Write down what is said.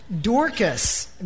Dorcas